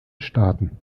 staaten